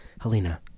Helena